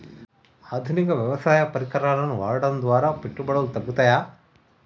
ఆధునిక వ్యవసాయ పరికరాలను వాడటం ద్వారా పెట్టుబడులు తగ్గుతయ?